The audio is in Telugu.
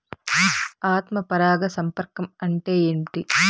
ఆత్మ పరాగ సంపర్కం అంటే ఏంటి?